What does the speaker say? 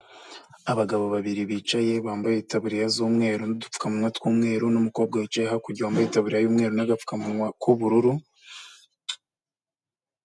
Abagabo babiri bicaye bambaye itaburiya z'umweru n'udupfukamunwa tw'umweru n'umukobwa wicaye hakurya wambaye itaburiya y'umweru n'agapfukamunwa k'ubururu.